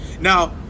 now